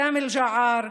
סמי געאר,